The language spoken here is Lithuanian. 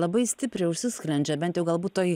labai stipriai užsisklendžia bent jau galbūt toj